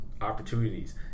opportunities